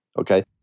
Okay